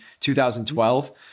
2012